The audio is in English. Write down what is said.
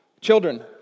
Children